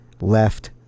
left